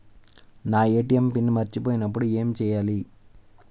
నా ATM PIN మర్చిపోయినప్పుడు ఏమి చేయాలి?